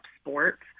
sports